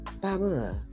baba